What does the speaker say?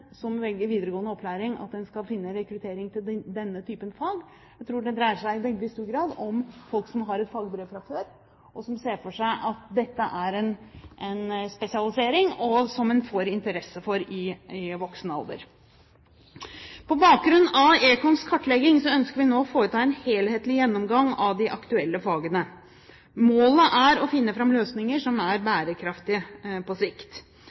som velger videregående opplæring, man skal finne rekruttering til denne type fag. Jeg tror det i veldig stor grad dreier seg om folk som har et fagbrev fra før, og som ser for seg at dette er en spesialisering og noe man får interesse for i voksen alder. På bakgrunn av Econs kartlegging ønsker vi nå å foreta en helhetlig gjennomgang av de aktuelle fagene. Målet er å finne fram til løsninger som er bærekraftige på sikt.